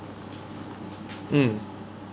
mm